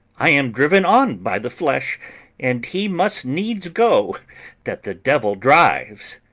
i am driven on by the flesh and he must needs go that the devil drives.